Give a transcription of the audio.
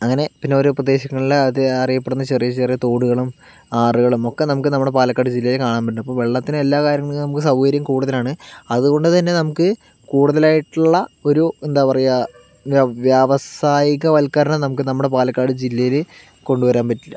അങ്ങനെ പിന്നെ ഒരോ പ്രദേശങ്ങളിൽ അത് അറിയപ്പെടുന്നത് ചെറിയ ചെറിയ തോടുകളും ആറുകളുമൊക്കെ നമുക്ക് നമ്മുടെ പാലക്കാട് ജില്ലയില് കാണാന് പറ്റും അപ്പം വെള്ളത്തിന്റെ എല്ലാ കാര്യങ്ങള്ക്കും നമുക്ക് സൗകര്യം കൂടുതലാണ് അതുകൊണ്ടു തന്നെ നമുക്കു കൂടുതലായിട്ടുള്ള ഒരു എന്താ പറയുക വ്യാവസായികവൽക്കരണം നമുക്കു നമ്മുടെ പാലക്കാട് ജില്ലയിൽ കൊണ്ടുവരാന് പറ്റില്ല